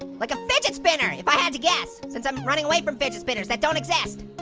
like a fidget spinner if i had to guess, since i'm running away from fidget spinners that don't exist.